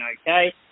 okay